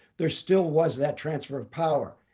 there still was that transfer of power.